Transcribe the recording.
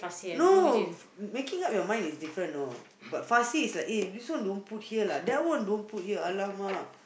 no making up your mind is different know but fussy is like eh this one don't put here lah that one don't put here !alamak!